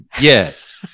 Yes